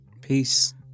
Peace